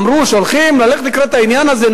אמרו שהולכים לקראת העניין הזה,